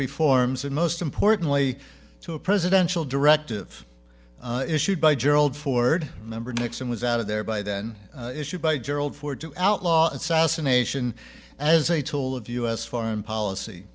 reforms and most importantly to a presidential directive issued by gerald ford a number nixon was out of there by then issued by gerald ford to outlaw assassination as a tool of u s foreign policy